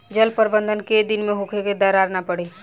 जल प्रबंधन केय दिन में होखे कि दरार न पड़ी?